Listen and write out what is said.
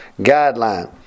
guideline